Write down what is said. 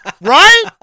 Right